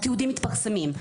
התיעודים מתפרסמים,